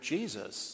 Jesus